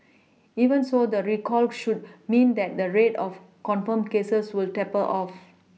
even so the recall should mean that the rate of confirmed cases will taper off